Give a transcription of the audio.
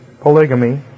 polygamy